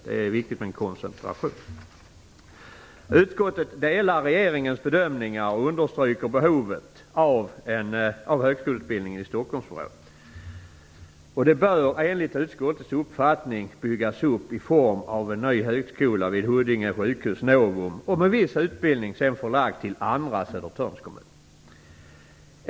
Det är viktigt med en koncentration. Utskottet delar regeringens bedömningar och understryker behovet av högskoleutbildning i Stockholmsområdet. Denna bör enligt utskottets uppfattning byggas upp i form av en ny högskola vid Huddinge sjukhus/Novum med viss utbildning förlagd till andra Södertörnskommuner.